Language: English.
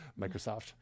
Microsoft